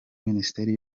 minisiteri